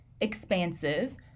expansive